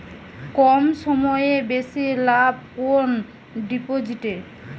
কম সময়ে বেশি লাভ কোন ডিপোজিটে?